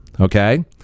okay